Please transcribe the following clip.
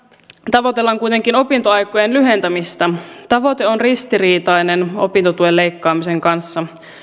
tavoitellaan kuitenkin opintoaikojen lyhentämistä tavoite on ristiriitainen opintotuen leikkaamisen kanssa